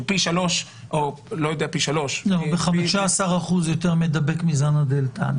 פי שלושה --- ב-15% יותר מדבק מזן הדלתא.